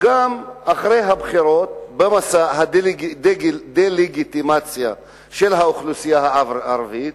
גם אחרי הבחירות במסע הדה-לגיטימציה של האוכלוסייה הערבית,